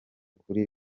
kuri